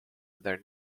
their